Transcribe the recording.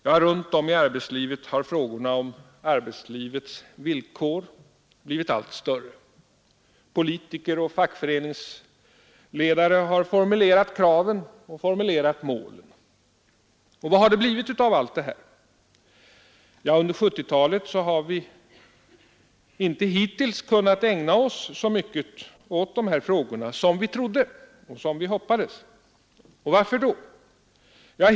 Ja, runt om i arbetslivet har frågorna om arbetslivets villkor blivit allt väsentligare. Politiker och fackföreningsledare har formulerat kraven och målen. Vad har det blivit av allt detta? Ja, under 1970-talet har vi inte hittills kunnat ägna oss så mycket åt dessa frågor som vi trodde och hoppades att vi skulle komma att göra. Varför?